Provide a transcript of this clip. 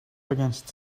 against